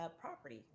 property